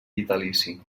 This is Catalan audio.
vitalici